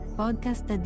podcast